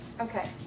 Okay